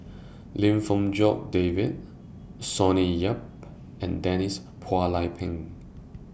Lim Fong Jock David Sonny Yap and Denise Phua Lay Peng